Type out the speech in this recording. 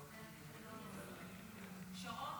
גברתי היושבת-ראש,